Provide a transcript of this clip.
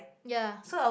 ya